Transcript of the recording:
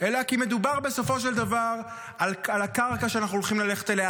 אלא כי מדובר בסופו של דבר על הקרקע שאנחנו הולכים ללכת עליה,